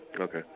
Okay